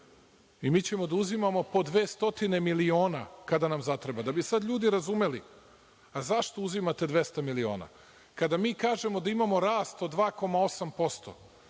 i mi ćemo da uzimamo po 200 miliona kada nam zatreba. Da bi sada ljudi razumeli – a zašto uzimate 200 miliona – kada mi kažemo da imamo rast od 2,8%,